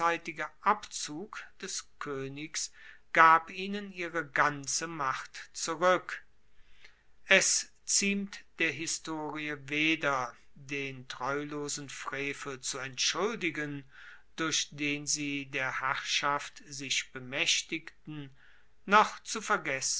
abzug des koenigs gab ihnen ihre ganze macht zurueck es ziemt der historie weder den treulosen frevel zu entschuldigen durch den sie der herrschaft sich bemaechtigten noch zu vergessen